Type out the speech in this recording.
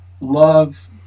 love